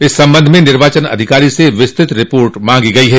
इस संबंध में निर्वाचन अधिकारी से विस्तृत रिपोर्ट मांगी गई है